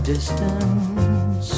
Distance